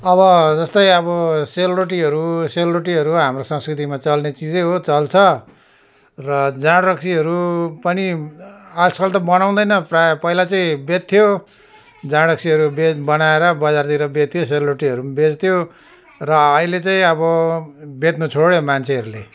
अब जस्तै अबो सेलरोटीहरू सेलरोटीहरू हाम्रो संस्कृतिमा चल्ने चिजै हो चल्छ र जाँड रक्सीहरू पनि आजकल त बनाउँदैन प्रायः पहिला चाहिँ बेच्थ्यो जाँड रक्सीहरू बेच् बनाएर बजारतिर बेच्थ्यो सेलरोटीहरू पनि बेच्थ्यो र अहिले चाहिँ अब बेच्नु छोड्यो मान्छेहरूले